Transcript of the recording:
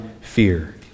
fear